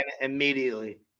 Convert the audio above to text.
Immediately